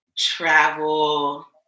travel